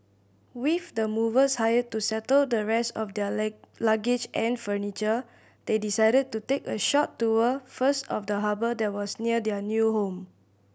with the movers hired to settle the rest of their leg luggage and furniture they decided to take a short tour first of the harbour that was near their new home